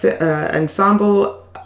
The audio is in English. ensemble